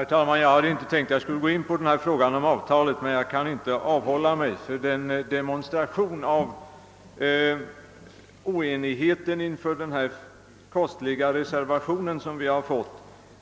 Herr talman! Jag hade inte tänkt gå in på frågan om radioavtalet men kan ändå inte avhålla mig härifrån. Den demonstration av oenighet inför den kostliga reservationen 2, som vi fått uppleva,